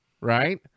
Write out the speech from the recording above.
Right